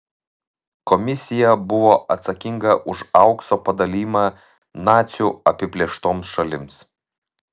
komisija buvo atsakinga už aukso padalijimą nacių apiplėštoms šalims